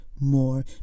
more